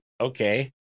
okay